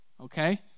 Okay